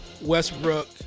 Westbrook